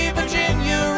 Virginia